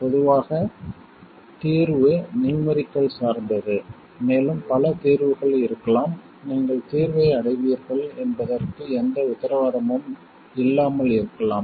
பொதுவாக தீர்வு நியூமெரிக்கல் சார்ந்தது மேலும் பல தீர்வுகள் இருக்கலாம் நீங்கள் தீர்வை அடைவீர்கள் என்பதற்கு எந்த உத்தரவாதமும் இல்லாமல் இருக்கலாம்